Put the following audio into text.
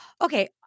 okay